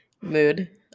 Mood